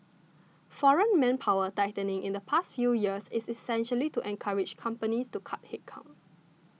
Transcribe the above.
foreign manpower tightening in the past few years is essentially to encourage companies to cut headcount